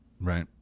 Right